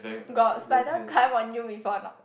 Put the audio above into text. got spider climb on you before or not